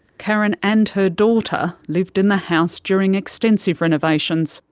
karen and her daughter lived in the house during extensive renovations.